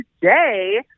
today